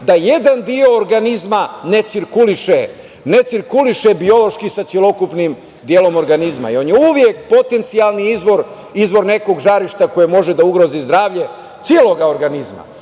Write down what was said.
da jedan deo organizma ne cirkuliše biološki sa celokupnim delom organizma i on je uvek potencijalni izvor nekog žarišta koje može da ugrozi zdravlje celog organizma.U